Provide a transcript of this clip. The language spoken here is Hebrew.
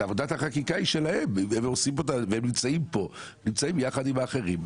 ועבודת החקיקה היא שלהם והם נמצאים פה יחד עם האחרים.